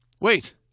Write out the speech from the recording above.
wait